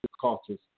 cultures